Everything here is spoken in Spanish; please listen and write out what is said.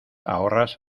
ahorras